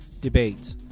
debate